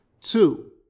Two